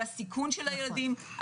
על הסיכון של הילדים,